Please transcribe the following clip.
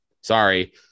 Sorry